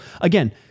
again